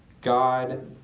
God